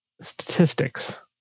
statistics